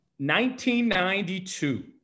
1992